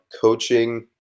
coaching